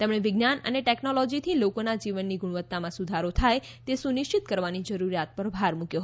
તેમણે વિજ્ઞાન અને ટેકનૉલોજીથી લોકોના જીવનની ગુણવત્તામાં સુધારો થાય તે સુનિશ્ચિત કરવાની જરૂરિયાત પર ભાર મૂક્યો